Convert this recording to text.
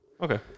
Okay